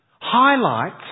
highlights